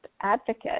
advocate